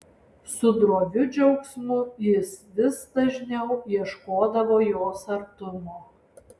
su droviu džiaugsmu jis vis dažniau ieškodavo jos artumo